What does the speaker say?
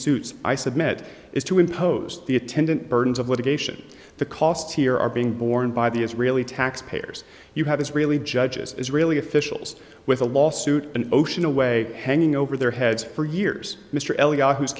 suits i submit is to impose the attendant burdens of litigation the costs here are being borne by the israeli taxpayers you have israeli judges israeli officials with a lawsuit an ocean away hanging over their heads for years mr eliyah